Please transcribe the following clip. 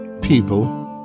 people